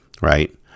right